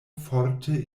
forte